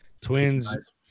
Twins